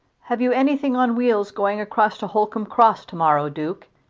have you anything on wheels going across to holcombe cross to-morrow, duke?